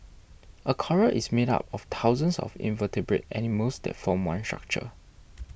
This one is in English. a coral is made up of thousands of invertebrate animals that form one structure